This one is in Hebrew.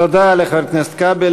תודה לחבר הכנסת כבל.